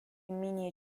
менее